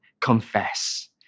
confess